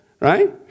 right